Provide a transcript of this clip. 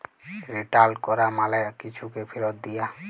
return ক্যরা মালে কিছুকে ফিরত দিয়া